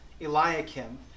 Eliakim